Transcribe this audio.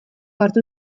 hartu